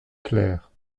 clair